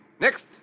Next